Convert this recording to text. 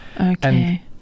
Okay